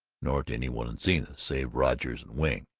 nor to any one in zenith save rogers and wing.